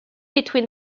between